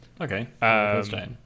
Okay